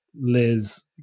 Liz